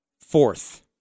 fourth